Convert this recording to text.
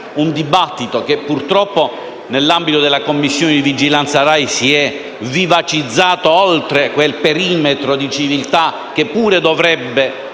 un dibattito che, purtroppo, nell'ambito della Commissione di vigilanza RAI si è vivacizzato oltre quel perimetro di civiltà che pure dovrebbe